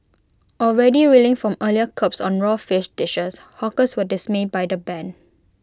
already reeling from earlier curbs on raw fish dishes hawkers were dismayed by the ban